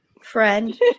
friend